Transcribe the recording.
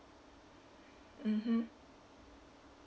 mmhmm